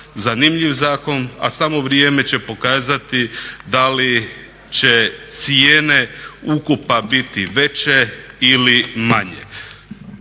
zanimljiv zakona, a samo vrijeme će pokazati da li će cijene ukopa biti veće ili manje.